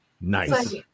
Nice